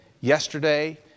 yesterday